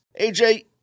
AJ